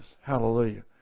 Hallelujah